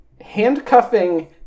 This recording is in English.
handcuffing